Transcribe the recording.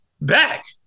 back